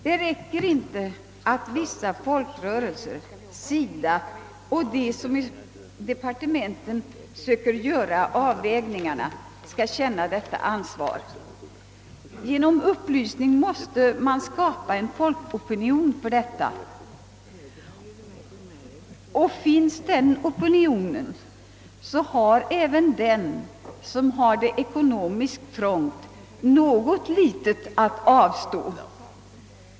Det räcker inte att vissa folkrörelser, SIDA och de som i departementén skall göra avvägningarna känner detta ansvar. Genom upplysning måste man skapa en folkopinion för detta, och finns den opinionen, har även den människa något litet att avstå, som har det ekonomiskt trångt.